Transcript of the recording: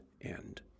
end